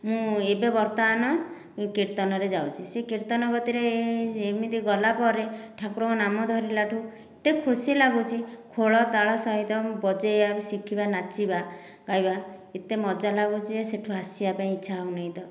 ମୁଁ ଏବେ ବର୍ତ୍ତମାନ କୀର୍ତ୍ତନରେ ଯାଉଛି ସେ କୀର୍ତ୍ତନ କତିରେ ଏମିତି ଗଲାପରେ ଠାକୁରଙ୍କ ନାମ ଧରିଲାଠୁ ଏତେ ଖୁସି ଲାଗୁଛି ଖୋଳ ତାଳ ସହିତ ମୁଁ ବଜାଇବା ବି ଶିଖିବା ନାଚିବା ଗାଇବା ଏତେ ମଜା ଲାଗୁଛି ଯେ ସେଠୁ ଆସିବା ପାଇଁ ଇଚ୍ଛା ହେଉନାହିଁ